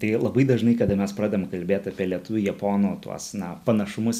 tai labai dažnai kada mes pradedam kalbėt apie lietuvių japonų tuos na panašumus